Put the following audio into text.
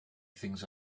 things